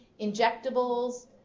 injectables